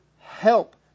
help